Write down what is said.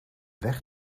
weg